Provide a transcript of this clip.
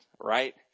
Right